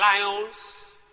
lions